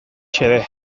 xede